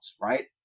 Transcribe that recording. right